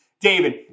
David